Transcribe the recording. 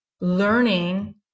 learning